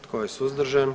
Tko je suzdržan?